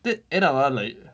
then end up ah like